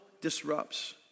disrupts